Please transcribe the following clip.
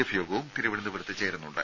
F യോഗവും തിരുവനന്തപുരത്ത് ചേരുന്നുണ്ട്